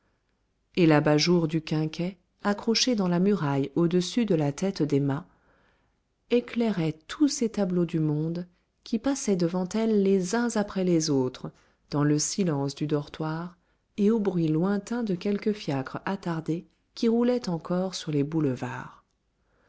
et l'abat-jour du quinquet accroché dans la muraille au-dessus de la tête d'emma éclairait tous ces tableaux du monde qui passaient devant elle les uns après les autres dans le silence du dortoir et au bruit lointain de quelque fiacre attardé qui roulait encore sur les boulevards